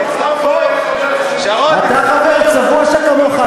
אתה חבר, צבוע שכמוך?